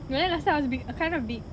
you know last time I was big err kind of big